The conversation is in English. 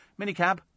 minicab